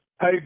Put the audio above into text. Hey